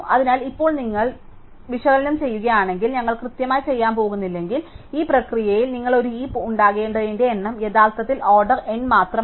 അതിനാൽ ഇപ്പോൾ നിങ്ങൾ വിശകലനം ചെയ്യുകയാണെങ്കിൽ ഞങ്ങൾ കൃത്യമായി ചെയ്യാൻ പോകുന്നില്ലെങ്കിൽ ഈ പ്രക്രിയയിൽ നിങ്ങൾക്ക് ഒരു ഹീപ് ഉണ്ടാക്കേണ്ടതിന്റെ എണ്ണം യഥാർഥത്തിൽ ഓർഡർ N മാത്രമാണ്